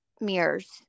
mirrors